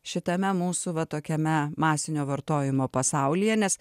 šitame mūsų va tokiame masinio vartojimo pasaulyje nes